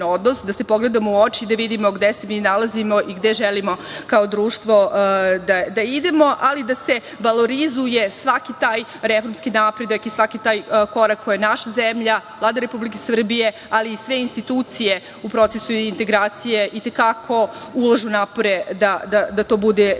da se pogledamo u oči i da vidimo gde se mi nalazimo i gde želimo kao društvo da idemo, ali da se valorizuje svaki taj reformski napredak i svaki taj korak koji naša zemlja, Vlada Republike Srbije, ali i sve institucije u procesu integracija i te kako ulažu napore da to bude vidljivo